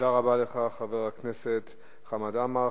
תודה רבה לך, חבר הכנסת חמד עמאר.